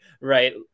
right